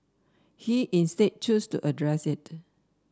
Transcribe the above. he instead chose to address it